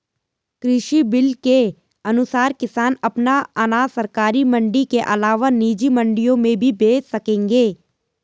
कृषि बिल के अनुसार किसान अपना अनाज सरकारी मंडी के अलावा निजी मंडियों में भी बेच सकेंगे